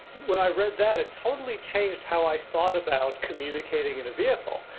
when i read that, it totally changed how i thought about communicating in a vehicle,